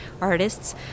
artists